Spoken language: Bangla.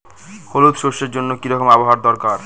হলুদ সরষে জন্য কি রকম আবহাওয়ার দরকার?